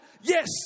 Yes